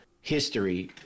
history